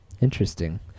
Interesting